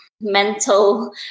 mental